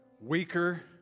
weaker